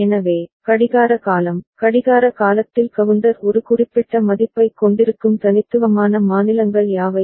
எனவே கடிகார காலம் கடிகார காலத்தில் கவுண்டர் ஒரு குறிப்பிட்ட மதிப்பைக் கொண்டிருக்கும் தனித்துவமான மாநிலங்கள் யாவை